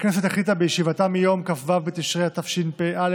הכנסת החליטה בישיבתה מיום כ"ו בתשרי התשפ"א,